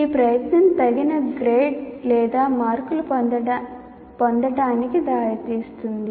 ఈ ప్రయత్నం తగిన గ్రేడ్ లేదా మార్కులు పొందటానికి దారితీస్తుంది